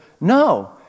no